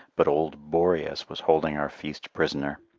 but old boreas was holding our feast prisoner.